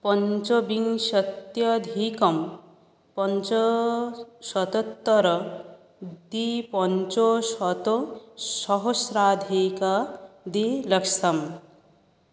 पञ्चविंशत्यधिकं पञ्चशतोत्तरद्विपञ्चशतसहस्राधिकद्विलक्षम्